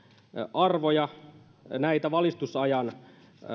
arvoja näitä valistusajan